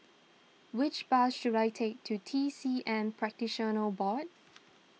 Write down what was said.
which bus should I take to T C M Practitioners Board